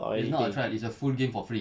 it's not a trial it's a full game for free